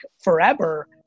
forever